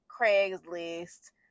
Craigslist